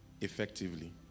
effectively